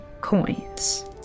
coins